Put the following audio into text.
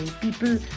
People